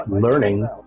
learning